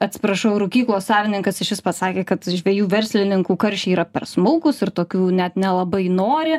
atsiprašau rūkyklos savininkas išvis pasakė kad žvejų verslininkų karšiai yra per smulkūs ir tokių net nelabai nori